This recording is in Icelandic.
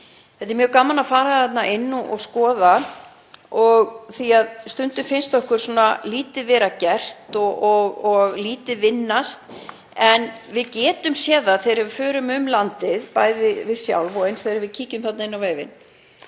Það er mjög gaman að fara þarna inn og skoða. Stundum finnst okkur lítið vera gert og lítið hafa áunnist en við getum séð það, þegar við förum um landið, bæði við sjálf og eins þegar við kíkjum þarna inn á vefinn,